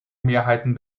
mehrheiten